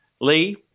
Lee